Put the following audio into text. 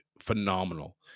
phenomenal